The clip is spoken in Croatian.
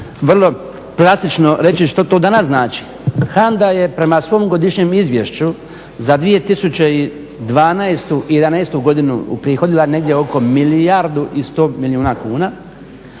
vrlo plastično reći što to danas znači. HANDA je prema svom godišnjem iznosu za 2012. godinu uprihodila negdje oko milijardu i sto milijuna kuna,